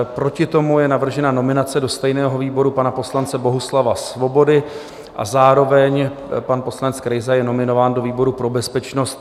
Proti tomu je navržena nominace do stejného výboru pana poslance Bohuslava Svobody a zároveň pan poslanec Krejza je nominován do výboru pro bezpečnost.